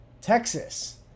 Texas